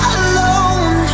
alone